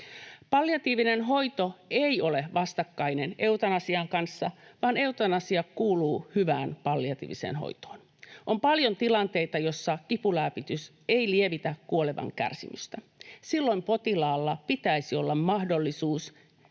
Palliatiivinen hoito ei ole vastakkainen eutanasian kanssa, vaan eutanasia kuuluu hyvään palliatiiviseen hoitoon. On paljon tilanteita, joissa kipulääkitys ei lievitä kuolevan kärsimystä. Silloin potilaalla pitäisi olla mahdollisuus